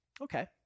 Okay